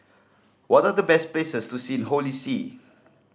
what are the best places to see in Holy See